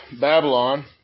Babylon